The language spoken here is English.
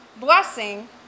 blessing